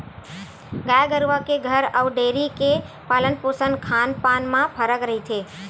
गाय गरुवा के घर अउ डेयरी के पालन पोसन खान पान म फरक रहिथे